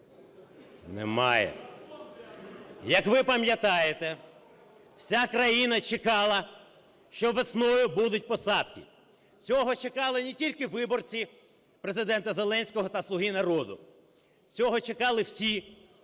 Немає. Як ви пам'ятаєте, вся країна чекала, що весною будуть посадки. Цього чекали не тільки виборці Президента Зеленського та "Слуги народу", цього чекали всі,